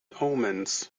omens